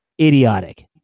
idiotic